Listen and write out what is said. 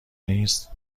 نیست